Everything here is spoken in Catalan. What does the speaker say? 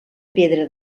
pedra